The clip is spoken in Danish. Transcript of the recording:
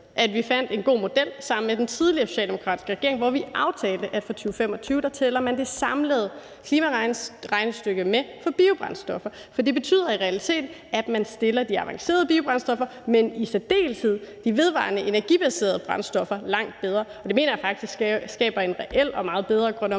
at vi fandt en god model sammen med den tidligere socialdemokratiske regering, hvor vi aftalte, at fra 2025 tæller man det samlede klimaregnestykke for biobrændstoffer med. For det betyder i realiteten, at man stiller de avancerede biobrændstoffer, men i særdeleshed de vedvarende energi-baserede brændstoffer langt bedre. Og det mener jeg faktisk skaber en reel og meget bedre grøn